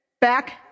back